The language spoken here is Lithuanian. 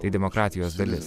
tai demokratijos dalis